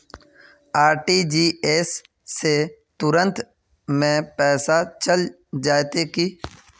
RTGS से तुरंत में पैसा चल जयते की?